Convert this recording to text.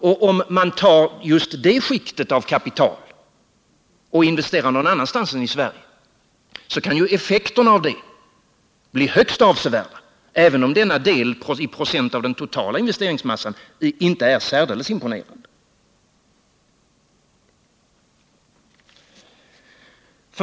Tar man just det skiktet av kapital och investerar någon annanstans än i Sverige kan ju effekterna bli högst avsevärda, även om denna del i procent av den totala investeringsmassan inte är särdeles imponerande.